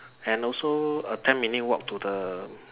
and also a ten minute walk to the